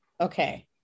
okay